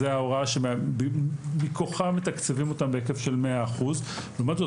זו ההוראה שמכוחה מתקצבים אותם בהיקף של 100%. לעומת זאת,